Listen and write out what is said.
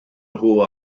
nhw